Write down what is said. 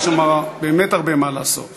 יש שם באמת הרבה מה לעשות.